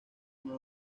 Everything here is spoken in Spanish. una